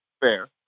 fair